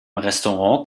restaurant